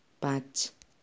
पाँच